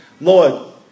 Lord